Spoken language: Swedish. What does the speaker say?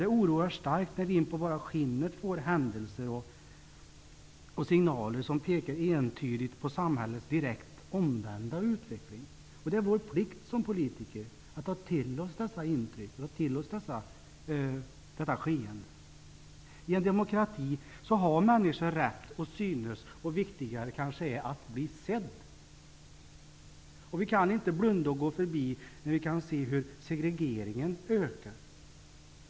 Det oroar mig starkt när vi inpå bara skinnet får signaler som entydigt pekar på samhällets direkt omvända utveckling. Det är vår plikt som politiker att ta till oss dessa intryck och detta skeende. I en demokrati har männniskor rätt att synas. Än viktigare är det kanske att de blir sedda. Vi kan inte blunda och gå förbi när vi ser att segregeringen ökar.